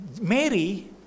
Mary